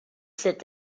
sit